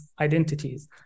identities